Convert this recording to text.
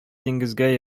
диңгезгә